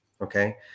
okay